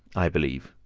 i believe,